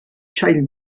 child